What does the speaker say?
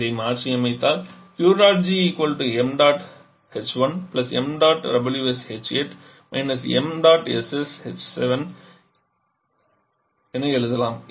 இதை மாற்றி அமைத்தால் என எழுதலாம்